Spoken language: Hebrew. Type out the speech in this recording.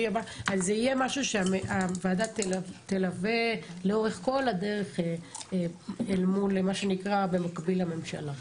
זה יהיה משהו שהוועדה תלווה לאורך כל הדרך במקביל לממשלה.